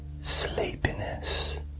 sleepiness